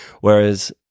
Whereas